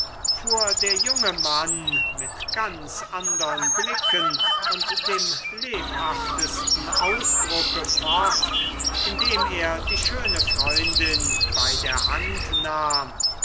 fuhr der junge mann mit ganz andern blicken und dem lebhaftesten ausdrucke fort indem er die schöne freundin bei der hand nahm